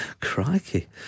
Crikey